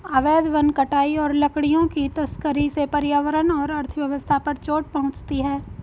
अवैध वन कटाई और लकड़ियों की तस्करी से पर्यावरण और अर्थव्यवस्था पर चोट पहुँचती है